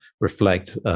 reflect